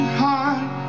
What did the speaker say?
heart